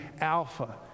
Alpha